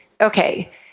okay